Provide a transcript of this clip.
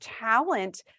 talent